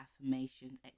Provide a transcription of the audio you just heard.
affirmations